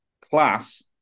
class